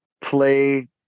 play